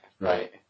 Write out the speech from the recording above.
Right